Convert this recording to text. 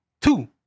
two